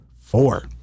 four